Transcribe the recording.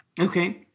Okay